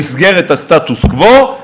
במסגרת הסטטוס-קוו,